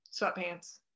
sweatpants